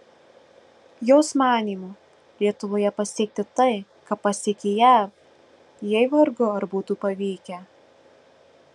jos manymu lietuvoje pasiekti tai ką pasiekė jav jai vargu ar būtų pavykę